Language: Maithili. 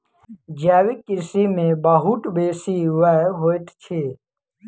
जैविक कृषि में बहुत बेसी व्यय होइत अछि